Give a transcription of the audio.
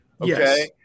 Okay